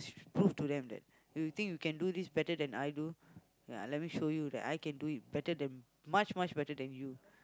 prove to them that you think you can do this better than I do ya let me show you that I can do it better than much much better than you